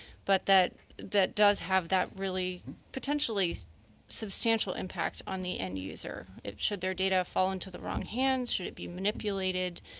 but that that does have that really potentially substantial impact on the end user, should their data fall into the wrong hands, should it be manipulated,